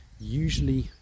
usually